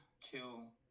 kill